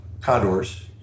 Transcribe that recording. condors